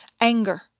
anger